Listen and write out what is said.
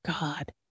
God